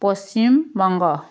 Paschim Banga